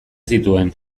zituen